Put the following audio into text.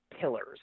pillars